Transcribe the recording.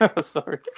Sorry